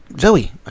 Zoe